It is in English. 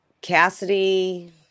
Cassidy